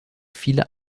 viele